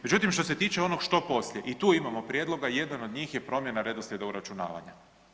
Međutim, što se tiče onog što poslije i tu imamo prijedloga, a jedan od njih je promjena redoslijede uračunavanja.